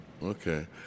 Okay